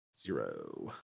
zero